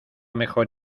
mejor